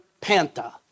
panta